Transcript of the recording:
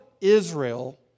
Israel